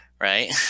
right